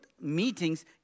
meetings